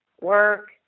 work